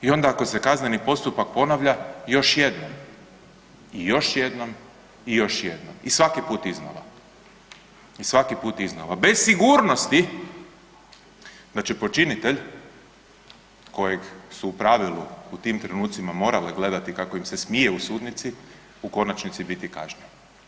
I onda ako se kazneni postupak ponavlja još jednom i još jednom i još jednom i svaki put iznova i svaki put iznova, bez sigurnosti da će počinitelj kojeg su u pravilu u tim trenucima morale gledati kako im se smije u sudnici u konačnici biti kažnjeni.